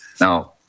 Now